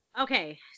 Okay